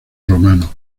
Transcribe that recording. romano